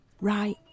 right